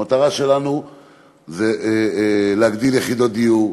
המטרה שלנו זה להגדיל את מספר יחידות הדיור,